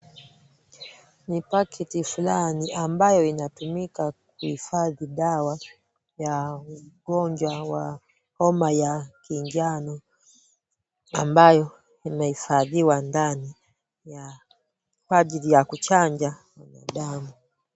Ni paketi fulani ambayo inatumika kuhifadhi dawa ya ugonjwa wa homa ya kinjano ambayo imehifadhiwa ndani kwa ajili ya kuchanja mwanadamu.